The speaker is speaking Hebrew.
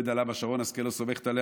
אני לא יודע למה שרן השכל לא סומכת עליה